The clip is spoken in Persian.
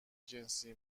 جنسی